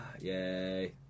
yay